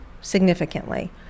significantly